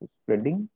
spreading